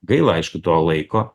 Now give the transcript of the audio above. gaila aišku to laiko